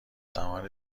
زمان